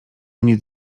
nic